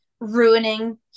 ruining